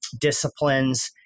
disciplines